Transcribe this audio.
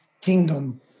kingdom